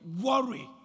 worry